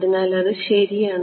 അതിനാൽ അത് ശരിയാണ്